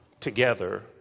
together